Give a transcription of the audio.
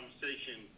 conversation